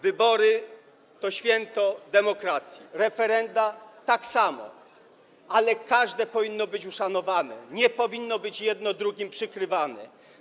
Wybory to święto demokracji, referenda tak samo, ale każde powinno być uszanowane, nie powinno być jedno drugim przykrywane.